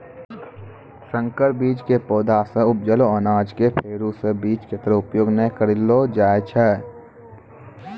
संकर बीज के पौधा सॅ उपजलो अनाज कॅ फेरू स बीज के तरह उपयोग नाय करलो जाय छै